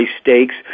stakes